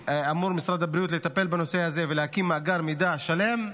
ומשרד הבריאות אמור לטפל בנושא הזה ולהקים מאגר מידע שלם.